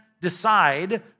decide